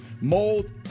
mold